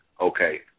okay